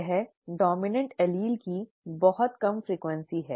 यह dominant allele की बहुत कम आवृत्ति है